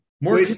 More